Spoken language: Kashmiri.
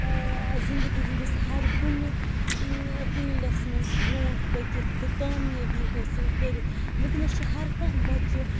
زِنٚدگی ہٕنٛدِس ہَر کُنہِ فیٖلڈَس منٛز برٛونٛٹھ پٔکِتھ تہٕ کامیأبی حٲصِل کٔرِتھ وُنکیٚنَس چھِ ہَر کٲنٛہہ بَچہِ